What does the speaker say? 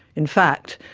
in fact,